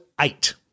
eight